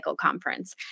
Conference